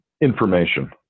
Information